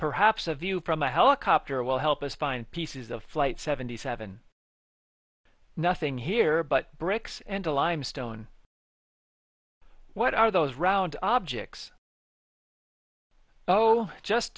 perhaps a view from a helicopter will help us find pieces of flight seventy seven nothing here but bricks and a limestone what are those round objects oh just